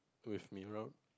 with